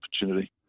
opportunity